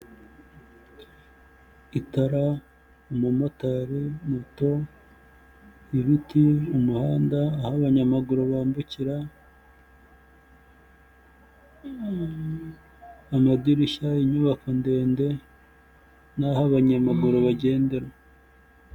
Itara, umumotari, moto, ibiti, umuhanda, aho abanyamaguru bambukira, amadirishya, inyubako ndende, n'aho abanyamaguru bagendera.